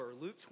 Luke